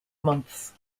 months